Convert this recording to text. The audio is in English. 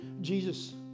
Jesus